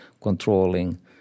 controlling